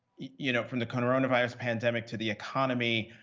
you know from the coronavirus pandemic, to the economy,